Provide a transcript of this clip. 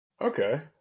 Okay